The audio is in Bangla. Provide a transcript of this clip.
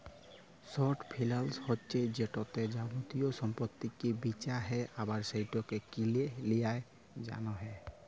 শর্ট ফিলালস হছে যেটতে যাবতীয় সম্পত্তিকে বিঁচা হ্যয় আবার সেটকে কিলে লিঁয়ার জ্যনহে